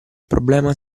problema